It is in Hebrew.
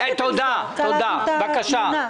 אני רוצה לדעת את התמונה.